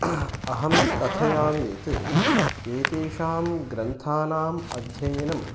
अहं कथयामि यत् एतेषां ग्रन्थानाम् अध्ययनं